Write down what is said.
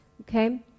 okay